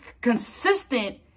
consistent